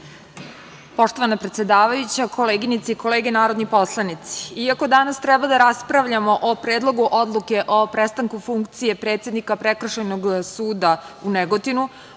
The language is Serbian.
Poštovana predsedavajuća, koleginice i kolege narodni poslanici, iako danas treba da raspravljamo o Predlogu odluke o prestanku funkcije Prekršajnog suda u Negotinu,